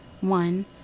one